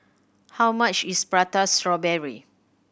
how much is Prata Strawberry